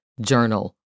journal